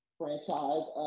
franchise